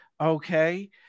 okay